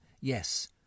Yes